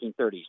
1930s